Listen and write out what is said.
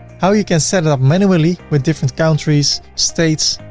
how you can set it up manually with different countries, states,